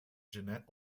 jeanette